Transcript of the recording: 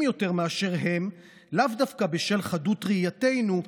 יותר מאשר הם לאו דווקא בשל חדות ראייתנו,